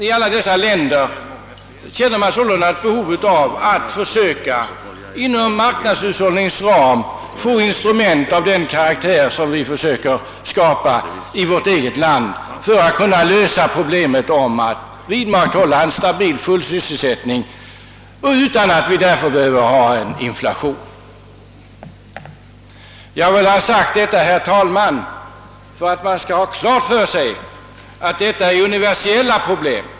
I alla dessa länder känner man sålunda ett behov av att inom marknadshushållningens ram försöka få instrument av den karaktär som vi försöker skapa i vårt eget land för att kunna vidmakthålla en stabil, full sysselsättning utan att vi därför behöver ha inflation. Jag vill ha sagt detta, herr talman, för att man skall ha klart för sig att problemen är universella.